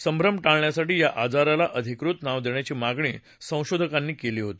संध्रम टाळण्यासाठी या आजाराला अधिकृत नाव देण्याची मागणी संशोधकांनी केली होती